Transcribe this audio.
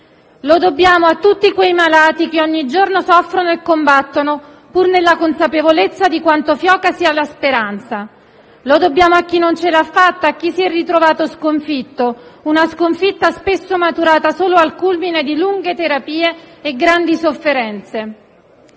Lo dobbiamo a tutti quei malati che ogni giorno soffrono e combattono, pur nella consapevolezza di quanto fioca sia la speranza. Lo dobbiamo a chi non ce l'ha fatta, a chi si è ritrovato sconfitto, una sconfitta spesso maturata solo al culmine di lunghe terapie e grandi sofferenze.